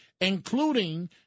including